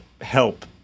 help